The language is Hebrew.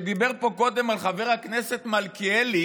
שדיבר פה קודם על חבר הכנסת מיכאלי